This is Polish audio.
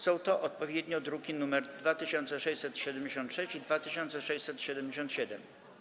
Są to odpowiednio druki nr 2676 i 2677.